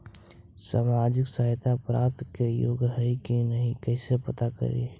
सामाजिक सहायता प्राप्त के योग्य हई कि नहीं कैसे पता करी?